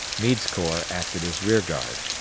meade's corps acted as rear guard.